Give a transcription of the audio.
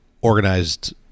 organized